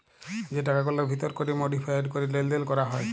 যে টাকাগুলার ভিতর ক্যরে মডিফায়েড ক্যরে লেলদেল ক্যরা হ্যয়